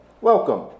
welcome